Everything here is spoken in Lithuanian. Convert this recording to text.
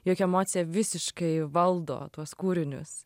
jog emocija visiškai valdo tuos kūrinius